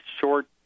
short